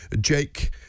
Jake